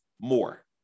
more